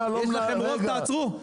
יש לכם רוב תעצרו.